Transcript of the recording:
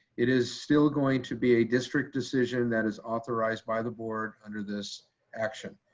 it is still going to be a district decision that is authorized by the board under this action.